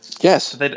Yes